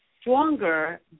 stronger